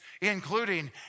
including